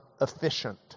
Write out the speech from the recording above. efficient